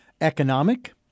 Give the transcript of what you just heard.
economic